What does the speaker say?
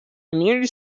community